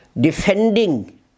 defending